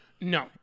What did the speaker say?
No